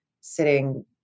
sitting